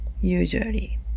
usually